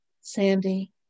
Sandy